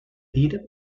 dir